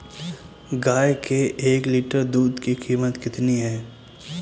गाय के एक लीटर दूध की कीमत कितनी है?